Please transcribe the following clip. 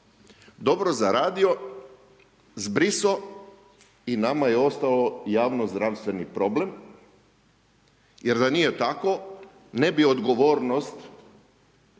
Dobro zaradio, zbrisao i nama je ostalo javno-zdravstveni problem, jer da nije tako ne bi odgovornost pala